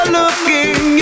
looking